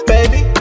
Baby